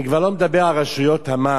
אני כבר לא מדבר על רשויות המס,